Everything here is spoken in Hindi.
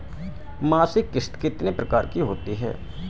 मासिक किश्त कितने प्रकार की होती है?